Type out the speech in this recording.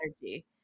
energy